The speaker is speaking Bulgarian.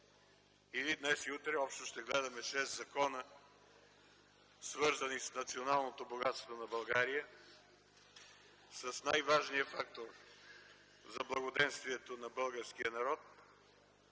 Днес и утре общо ще гледаме шест закона, свързани с националното богатство на България, с най-важния фактор за благоденствието на българския народ